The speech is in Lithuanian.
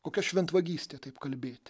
kokia šventvagystė taip kalbėt